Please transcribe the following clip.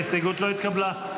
ההסתייגות לא התקבלה.